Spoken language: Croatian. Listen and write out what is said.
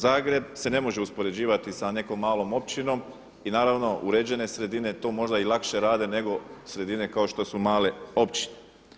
Zagreb se ne može uspoređivati sa nekom malom općinom i naravno uređene sredine to možda i lakše rade nego sredine kao što su male općine.